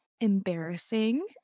embarrassing